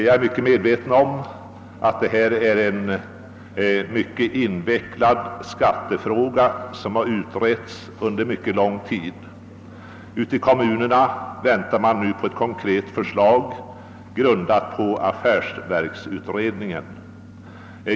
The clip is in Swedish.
jag är medveten om att detta är en mycket invecklad skattefråga, som har utretts under lång tid. Ute i kommunerna väntar man nu på ett konkret förslag, grundat på vad affärsverksutredningen förordat.